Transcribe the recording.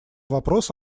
вопрос